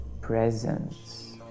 presence